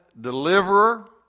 deliverer